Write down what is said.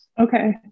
Okay